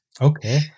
Okay